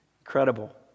Incredible